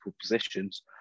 positions